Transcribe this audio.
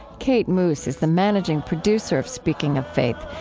kate moos is the managing producer of speaking of faith,